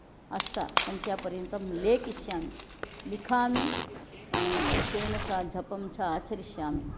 अष्ट सङ्ख्यापर्यन्तं लिखिष्यामि लिखामि तेन सह जपं च आचरिष्यामि